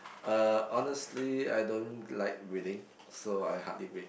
uh honestly I don't like reading so I hardly read